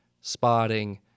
spotting